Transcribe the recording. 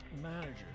managers